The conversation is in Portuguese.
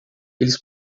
eles